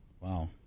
Wow